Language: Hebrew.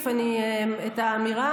אני רוצה